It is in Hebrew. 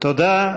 תודה.